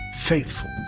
faithful